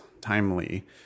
timely